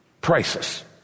Priceless